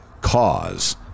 cause